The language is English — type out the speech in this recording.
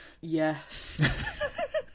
Yes